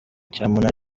cyamunara